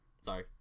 Sorry